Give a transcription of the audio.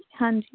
ਹਾਂਜੀ